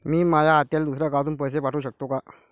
मी माया आत्याले दुसऱ्या गावातून पैसे पाठू शकतो का?